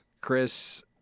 Chris